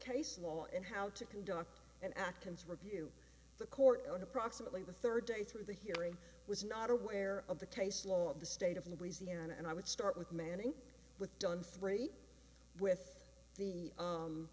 case law and how to conduct an acton's review the court on approximately the third day through the hearing was not aware of the case law of the state of louisiana and i would start with manning with done three with the